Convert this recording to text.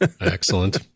excellent